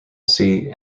sea